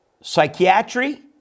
Psychiatry